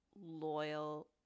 loyal